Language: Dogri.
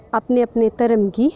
अपने अपने धर्म गी